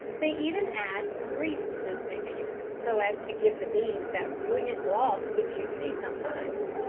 they even add some grease to this mixture so as to give the beans that brilliant gloss which you see sometimes.